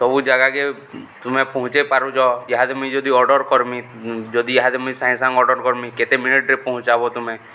ସବୁ ଜାଗାକେ ତୁମେ ପହଞ୍ଚେଇ ପାରୁଚ ଇହାଦେ ମୁଇଁ ଯଦି ଅର୍ଡ଼ର୍ କର୍ମି ଯଦି ଇହାଦେ ମୁଇଁ ସାଙ୍ଗେ ସାଙ୍ଗ୍ ଅର୍ଡ଼ର୍ କର୍ମି କେତେ ମିନିଟ୍ରେ ପହଞ୍ଚାବ ତମେ